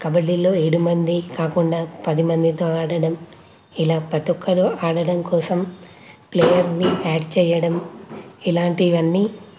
కబడ్డీలో ఏడు మంది కాకుండా పది మందితో ఆడటం ఇలా ప్రతీ ఒక్కరూ ఆడటం కోసం ప్లేయర్ని ఆడ్ చేయడం ఇలాంటివన్నీ